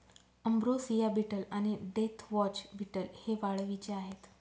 ambrosia beetle आणि deathwatch beetle हे वाळवीचे आहेत